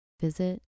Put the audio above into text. Visit